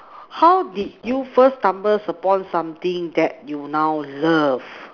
how did you first stumble upon something that you now love